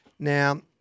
Now